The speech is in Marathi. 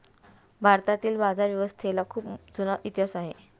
भारतातील बाजारव्यवस्थेला खूप जुना इतिहास आहे